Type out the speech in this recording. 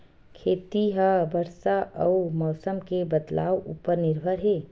खेती हा बरसा अउ मौसम के बदलाव उपर निर्भर हे